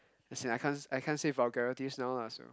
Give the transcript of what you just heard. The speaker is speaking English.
as in I can't I can't say vulgarities now lah so